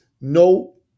no